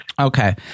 okay